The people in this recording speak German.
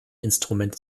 instrument